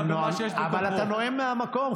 אבל אתה נואם מהמקום,